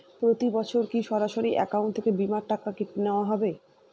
প্রতি বছর কি সরাসরি অ্যাকাউন্ট থেকে বীমার টাকা কেটে নেওয়া হবে?